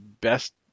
best